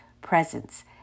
presence